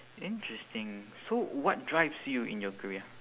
interesting so what drives you in your career